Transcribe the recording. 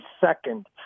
second